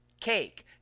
Cake